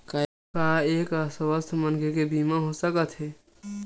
का एक अस्वस्थ मनखे के बीमा हो सकथे?